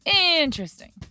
Interesting